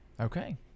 Okay